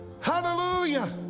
Hallelujah